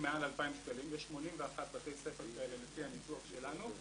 יש 81 בתי ספר כאלה לפי הניתוח שלנו,